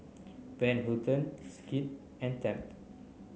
Van Houten Schick and Tempt